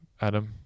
Adam